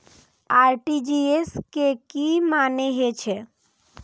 RTGS के की मानें हे छे?